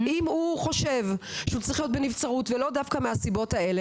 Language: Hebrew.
אם הוא חושב שהוא צריך להיות בנבצרות ולא דווקא מהסיבות האלה,